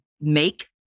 make